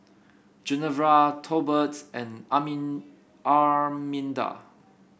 Genevra Tolbert and Armin Arminda